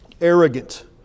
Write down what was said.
Arrogant